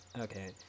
Okay